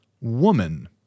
woman